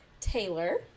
Taylor